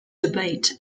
debate